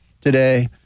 today